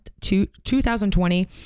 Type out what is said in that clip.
2020